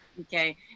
Okay